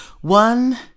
One